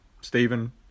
Stephen